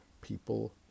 people